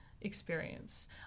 experience